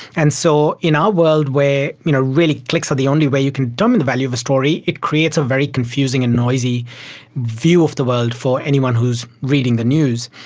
and so in our world where you know really clicks are the only way you can determine the value of a story, it creates a very confusing and noisy view of the world for anyone who is reading the news.